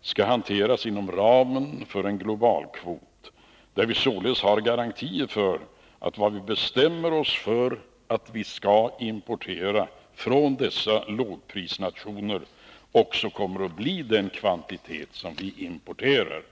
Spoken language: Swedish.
skall hanteras inom ramen för en global kvot där vi således har garantier för att vad vi bestämmer oss för att vi skall importera från dessa lågprisnationer också kommer att bli den kvantitet som vi importerar.